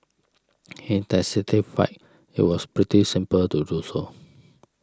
he testified it was pretty simple to do so